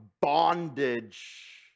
bondage